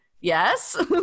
yes